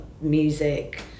music